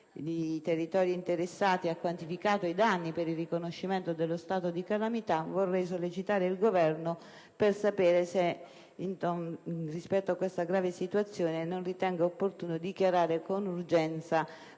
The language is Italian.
i territori interessati ed ha quantificato i danni per il riconoscimento dello stato di calamità, vorrei sollecitare il Governo per sapere se rispetto a questa grave situazione non ritenga opportuno dichiarare con urgenza